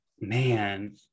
man